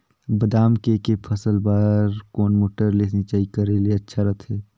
बादाम के के फसल बार कोन मोटर ले सिंचाई करे ले अच्छा रथे?